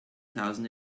thousand